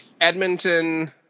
Edmonton